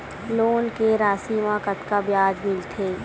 Loan के राशि मा कतका ब्याज मिलथे?